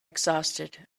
exhausted